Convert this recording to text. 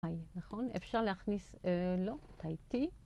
נכון? אפשר להכניס... לא, טעיתי.